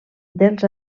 dels